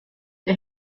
der